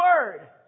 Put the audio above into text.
word